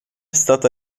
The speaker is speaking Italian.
stata